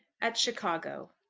at chicago.